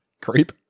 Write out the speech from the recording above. Creep